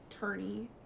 turny